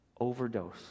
overdose